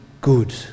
good